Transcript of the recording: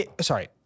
sorry